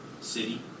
city